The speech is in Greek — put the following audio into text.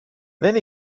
δεν